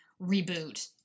reboot